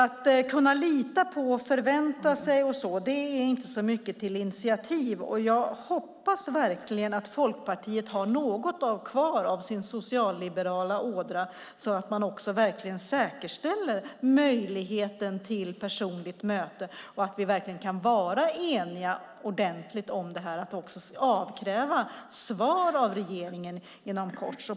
Att lita på och förvänta sig är inte mycket till initiativ. Jag hoppas verkligen att Folkpartiet har något kvar av sin socialliberala ådra så att man säkerställer möjligheten till ett personligt möte och att vi också kan vara ordentligt eniga om att avkräva svar av regeringen inom kort.